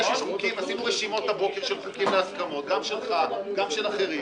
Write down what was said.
עשינו הבוקר רשימות של חוקים בהסכמות גם שלך וגם של אחרים.